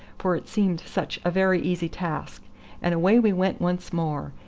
for it seemed such a very easy task and away we went once more,